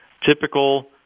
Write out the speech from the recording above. typical